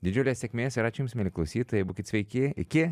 didžiulės sėkmės ir ačiū jums mieli klausytojai būkit sveiki iki